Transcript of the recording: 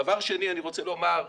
דבר שני שאני רוצה לומר.